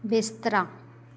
ਬਿਸਤਰਾ